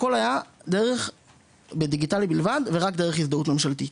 הכול היה דיגיטלי בלבד ורק דרך הזדהות ממשלתית.